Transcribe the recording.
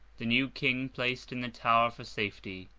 the new king placed in the tower for safety.